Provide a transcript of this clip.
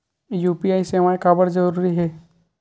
UPI सेवाएं काबर जरूरी हे?